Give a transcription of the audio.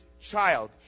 child